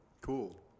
Cool